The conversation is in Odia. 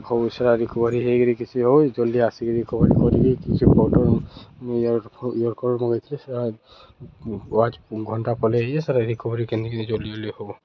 ହଉ ସେଟା ରିକଭରି ହେଇକିରି କିଛି ହଉ ଜଲ୍ଦି ଆସିକି ରିକୋଭରି କରିକି କିଛି ଇଅର୍ ଇଅର୍ ଇୟର୍କଡ଼୍ ମଗେଇଥିଲେ ସେଟା ୱାଚ୍ ଘଣ୍ଟା ପଳେଇ ଆଇଛେ ସେଟା ରିକଭରି କିନତେକିରି ଜଲ୍ଦି ଜଲ୍ଦି ହଉ